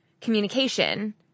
communication